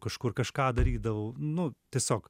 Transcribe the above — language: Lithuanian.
kažkur kažką darydavau nu tiesiog